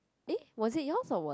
eh was it yours or what